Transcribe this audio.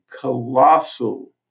colossal